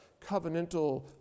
covenantal